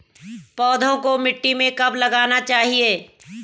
पौधों को मिट्टी में कब लगाना चाहिए?